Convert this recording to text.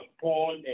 Paul